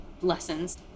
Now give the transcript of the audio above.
lessons